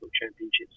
championships